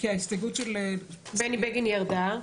ההסתייגות של בני בגין ירדה.